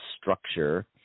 structure